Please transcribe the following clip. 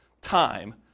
time